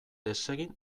desegin